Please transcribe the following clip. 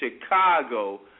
Chicago